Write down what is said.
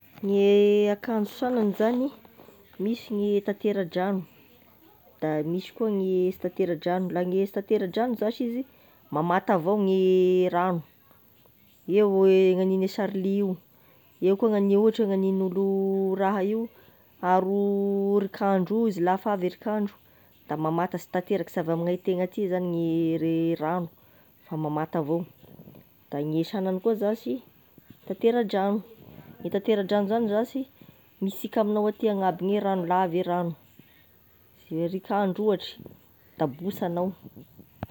Gne akanzo sanagny zagny, misy gne tateradragno, da misy koa gne sy tateradragno, la gne sy tateradragno zash izy, mamata avo gne rano, eo e gn'anigne sarly io, eo koa gnany gn'anignen'olo raha io, aro orik'andro io izy lafa avy herik'andro da mamata sy tateraka sy avy amign'aitena aty zany gne re- ragno fa mamata avao, da gne sagnany koa zashy tateradrano, gne tateradrano zany zash misika aminao aty agnaby gne rano la avy e rano herik'andro ohatry da bosy anao.